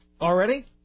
already